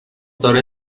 داره